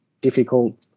difficult